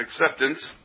acceptance